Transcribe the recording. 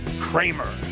Kramer